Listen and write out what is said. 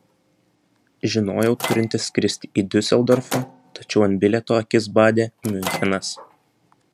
žinojau turinti skristi į diuseldorfą tačiau ant bilieto akis badė miunchenas